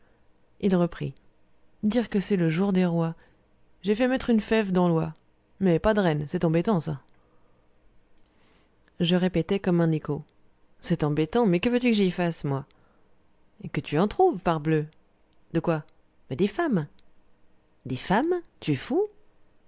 il reprit dire que c'est jour de rois j'ai fait mettre une fève dans l'oie mais pas de reine c'est embêtant ça je répétai comme un écho c'est embêtant mais que veux-tu que j'y fasse moi que tu en trouves parbleu de quoi des femmes des femmes tu es fou